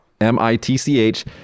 m-i-t-c-h